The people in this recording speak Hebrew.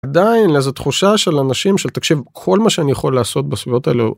עדיין איזו תחושה של אנשים של תקשיב כל מה שאני יכול לעשות בסביבות אלו.